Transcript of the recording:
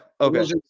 okay